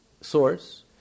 source